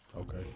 Okay